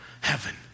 heaven